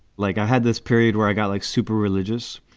like i had this period where i got, like, super religious.